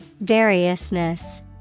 Variousness